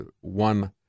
One